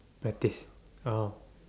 practice oh